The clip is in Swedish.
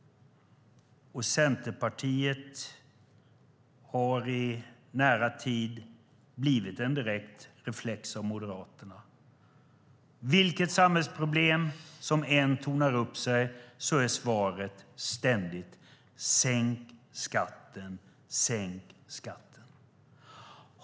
Centerpartiet har i nära tid blivit en direkt reflex av Moderaterna. Vilket samhällsproblem som än tornar upp sig är svaret ständigt: Sänk skatten, sänk skatten!